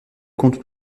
compte